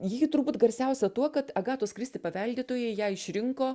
ji turbūt garsiausia tuo kad agatos kristi pavelditojai ją išrinko